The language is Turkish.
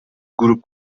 grup